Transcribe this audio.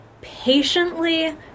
patiently